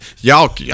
Y'all